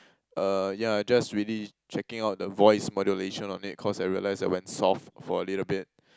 uh ya just really checking out the voice modulation on it cause I realize I went soft for a little bit